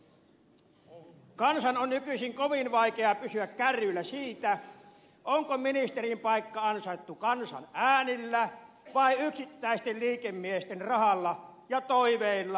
kansan on nykyisin kovin vaikea pysyä kärryillä siitä onko ministerin paikka ansaittu kansan äänillä vai yksittäisten liikemiesten rahalla ja toiveilla hallitusneuvotteluista